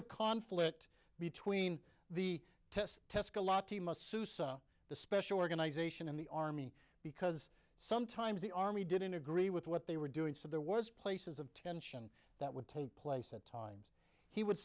of conflict between the test test the special organization and the army because sometimes the army didn't agree with what they were doing so there was places of tension that would take place at times he would